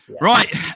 Right